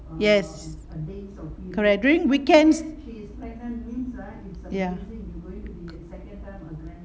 yes correct during weekends ya